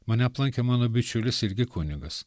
mane aplankė mano bičiulis irgi kunigas